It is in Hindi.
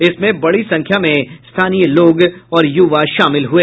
इसमें बड़ी संख्या में स्थानीय लोग और युवा शामिल हुए